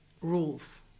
rules